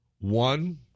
One